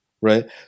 right